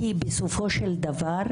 כי בסופו של דבר